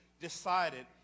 decided